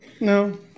No